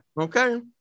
Okay